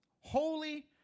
Holy